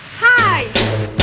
Hi